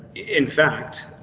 in fact.